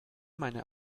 meine